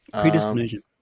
predestination